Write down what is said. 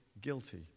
guilty